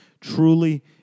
truly